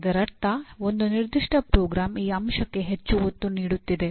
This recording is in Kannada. ಇದರರ್ಥ ಒಂದು ನಿರ್ದಿಷ್ಟ ಪ್ರೋಗ್ರಾಂ ಈ ಅಂಶಕ್ಕೆ ಹೆಚ್ಚು ಒತ್ತು ನೀಡುತ್ತಿದೆ